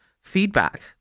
feedback